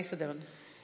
אני אסדר את זה.